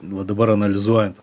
va dabar analizuojam